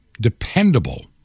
dependable